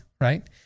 Right